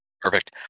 Perfect